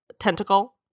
Tentacle